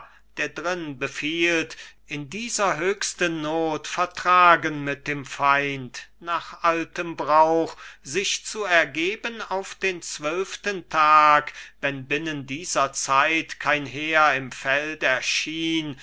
der drin befiehlt in dieser höchsten not vertragen mit dem feind nach altem brauch sich zu ergeben auf den zwölften tag wenn binnen dieser zeit kein heer im feld erschien